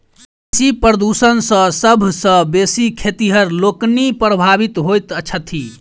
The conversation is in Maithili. कृषि प्रदूषण सॅ सभ सॅ बेसी खेतिहर लोकनि प्रभावित होइत छथि